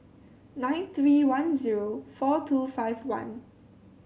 nine three one zero four two five one